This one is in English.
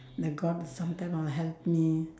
the god is sometime will help me